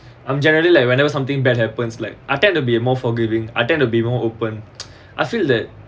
I'm generally like whenever something bad happens like I tend to be a more forgiving I tend to be more open I feel that